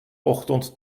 ochtend